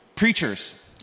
Preachers